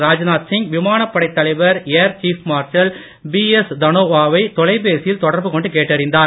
ராஜ்நாத் சிங் விமானப்படைத் தலைவர் air chief marshal B S Dhanoa வை தொலைபேசியில் தொடர்பு கொண்டு கேட்டறிந்தார்